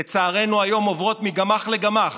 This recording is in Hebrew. לצערנו היום עוברות מגמ"ח לגמ"ח,